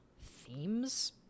themes